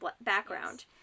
background